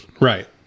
Right